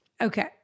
Okay